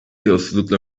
yolsuzlukla